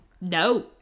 no